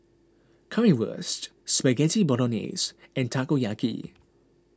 Currywurst Spaghetti Bolognese and Takoyaki